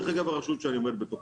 אגב הרשות שאני עומד בתוכה.